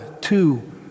two